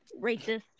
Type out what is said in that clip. Racist